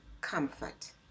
comfort